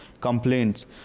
complaints